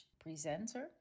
presenter